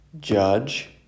judge